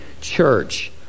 church